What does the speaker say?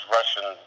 Russian